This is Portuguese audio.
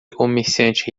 comerciante